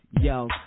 Yo